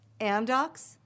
Amdocs